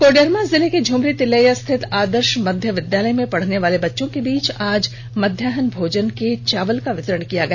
कोडरमा जिले के झुमरी तलैया स्थित आदर्श मध्य विद्यालय में पढ़ने वाले बच्चों के बीच आज मध्याहन भोजन का चावल का वितरण किया गया